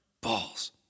Balls